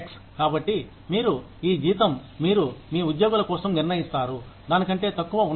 కాబట్టి మీరు ఈ జీతం మీరు మీ ఉద్యోగుల కోసం నిర్ణయిస్తారు దానికంటే తక్కువ ఉండకూడదు